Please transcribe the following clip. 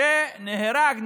שנהרג,